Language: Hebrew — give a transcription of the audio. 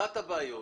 אחת הבעיות